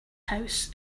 house